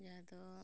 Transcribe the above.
ᱡᱟᱦᱟᱸ ᱫᱚ